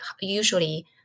usually